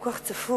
כל כך צפוף,